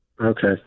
Okay